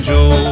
Joe